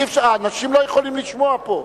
אנשים לא יכולים לשמוע פה.